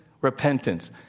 repentance